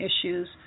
issues